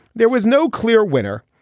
there was no clear winner.